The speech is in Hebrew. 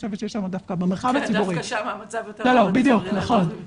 כן, דווקא שם המצב יותר טוב עם הדפיברילטורים.